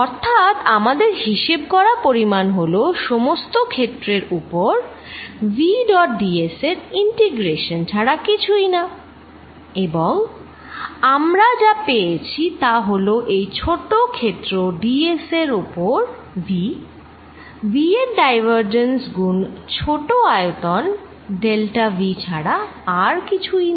অর্থাৎ আমাদের হিসেব করা পরিমান হলো সমস্ত ক্ষেত্রের ওপর v ডট ds এর ইন্টিগ্রেশন ছাড়া কিছুই না এবং আমরা যা পেয়েছি তা হলো এই ছোট ক্ষেত্র ds এর ওপর v v এর ডাইভারজেন্স গুন ছট আয়তন ডেল্টা v ছাড়া আর কিছুই না